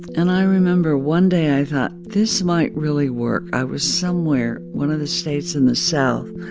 and i remember one day i thought, this might really work. i was somewhere one of the states in the south.